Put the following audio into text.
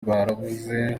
barabuze